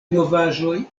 novaĵoj